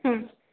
हं